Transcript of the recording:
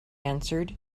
answered